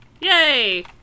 Yay